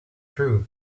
through